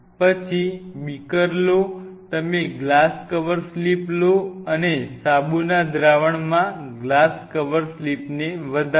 પછી બીકર લો તમે ગ્લાસ કવર સ્લિપ લો અને સાબુના દ્રાવણ માં ગ્લાસ કવર સ્લિપ્સને વધારો